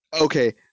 Okay